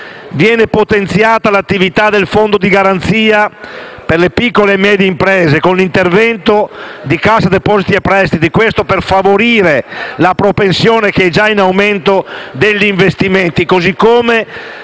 Viene potenziata l'attività del Fondo di garanzia per le piccole e medie imprese, con l'intervento di Cassa depositi e prestiti, per favorire la propensione, già in aumento, agli investimenti, così come